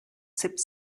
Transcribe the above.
sept